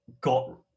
got